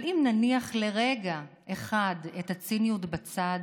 אבל אם נניח לרגע את הציניות בצד,